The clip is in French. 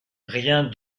rien